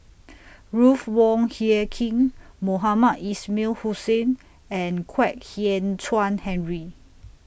Ruth Wong Hie King Mohamed Ismail Hussain and Kwek Hian Chuan Henry